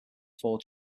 four